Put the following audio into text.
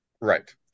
Right